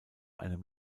einem